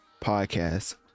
podcast